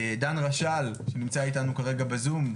דן רשל, נמצא אתנו כרגע בזום.